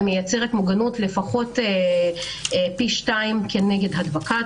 ומייצרת מוגנות לפחות פי 2 כנגד הדבקה.